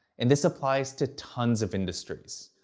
and this applies to tons of industries.